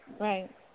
Right